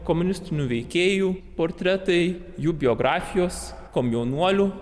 komunistinių veikėjų portretai jų biografijos komjaunuolių